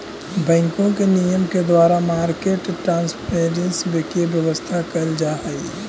बैंकों के नियम के द्वारा मार्केट ट्रांसपेरेंसी के व्यवस्था कैल जा हइ